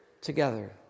together